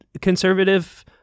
conservative-